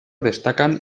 destacan